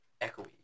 echoey